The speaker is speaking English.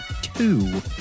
two